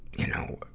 you know,